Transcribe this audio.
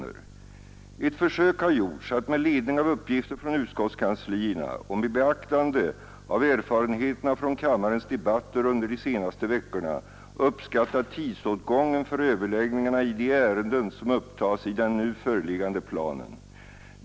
Ett försök har gjorts att med ledning av uppgifter från utskottskanslierna och med beaktande av erfarenheterna från kammarens debatter under de senaste veckorna uppskatta tidsåtgången för överläggningarna i de ärenden som upptas i den nu föreliggande planen.